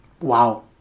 Wow